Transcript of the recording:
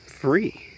free